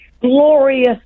glorious